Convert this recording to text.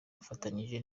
bafatanyije